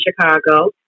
Chicago